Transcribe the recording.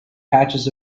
patches